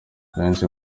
benshi